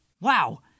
Wow